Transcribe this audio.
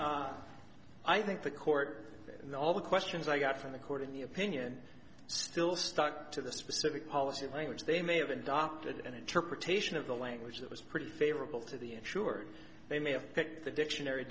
add i think the court and all the questions i got from the court in the opinion still stuck to the specific policy of language they may have adopted an interpretation of the language that was pretty favorable to the insured they may have picked the dictionary